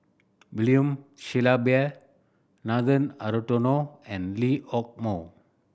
William Shellabear Nathan Hartono and Lee Hock Moh